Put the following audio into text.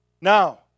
Now